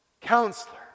Counselor